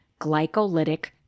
glycolytic